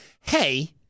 hey